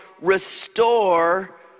restore